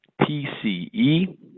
PCE